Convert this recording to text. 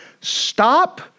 Stop